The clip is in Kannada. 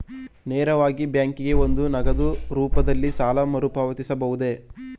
ನೇರವಾಗಿ ಬ್ಯಾಂಕಿಗೆ ಬಂದು ನಗದು ರೂಪದಲ್ಲೇ ಸಾಲ ಮರುಪಾವತಿಸಬಹುದೇ?